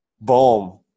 boom